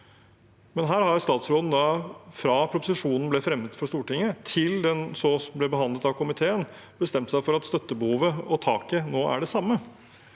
statsråden fra da proposisjonen ble fremmet for Stortinget, til den ble behandlet av komiteen, bestemt seg for at støttebehovet og taket nå er det samme.